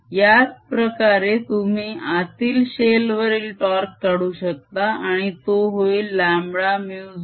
याचप्रकारे तुम्ही आतील शेल वरील टोर्क काढू शकता आणि तो होईल λμ0Kडॉट2a2 याचे ऋण चिन्ह असेल